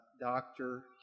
doctor